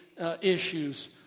issues